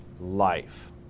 life